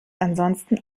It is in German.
ansonsten